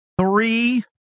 three